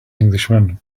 englishman